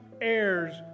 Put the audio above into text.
heirs